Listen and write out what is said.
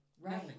Right